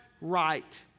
right